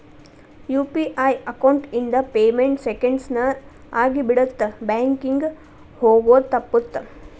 UPI account ಇಂದ payment seconds ನ ಆಗಿಬಿಡತ್ತ ಬ್ಯಾಂಕಿಂಗ್ ಹೋಗೋದ್ ತಪ್ಪುತ್ತ